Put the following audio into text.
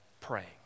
praying